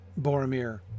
Boromir